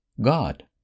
God